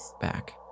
back